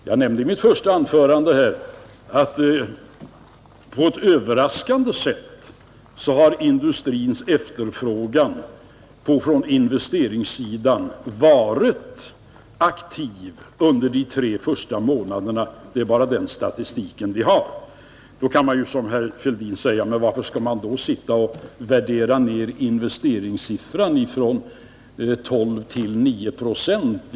Jag nämnde i mitt första anförande att industrins efterfrågan på investeringssidan på ett överraskande sätt har varit aktiv under de tre första månaderna i år — det är bara den statistiken vi har. Då kan man, som herr Fälldin, fråga: Men varför skall i så fall investeringssiffran värderas ned från 12 till 9 procent?